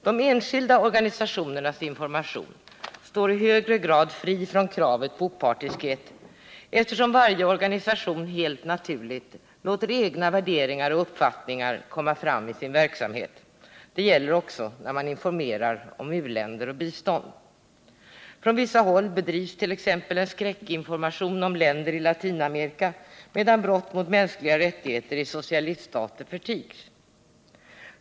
De enskilda organisationernas information står i högre grad fri från kravet på opartiskhet, eftersom varje organisation helt naturligt låter egna värderingar och uppfattningar komma fram i sin verksamhet. Det gäller också när man informerar om u-länder och bistånd. Från vissa håll bedrivs t.ex. en skräckinformation om länder i Latinamerika, medan brott mot mänskliga rättigheter i socialiststater förtigs.